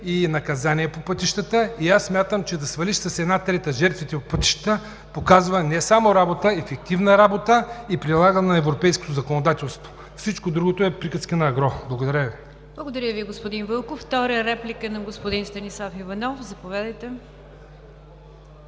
и наказания по пътищата. Смятам, че да свалиш с една трета жертвите по пътищата показва не само работа, а ефективна работа и прилагане на европейското законодателство. Всичко друго е приказки на ангро. Благодаря Ви. ПРЕДСЕДАТЕЛ НИГЯР ДЖАФЕР: Благодаря Ви, господин Вълков. Втора реплика на господин Станислав Иванов – заповядайте.